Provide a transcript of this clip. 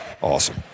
awesome